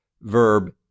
Verb